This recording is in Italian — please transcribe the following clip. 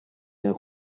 nella